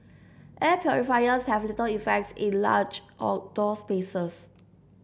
air purifiers have little effect in large outdoor spaces